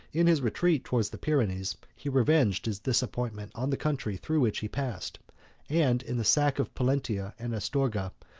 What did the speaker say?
in his retreat towards the pyrenees, he revenged his disappointment on the country through which he passed and, in the sack of pollentia and astorga,